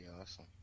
awesome